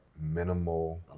minimal